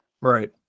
Right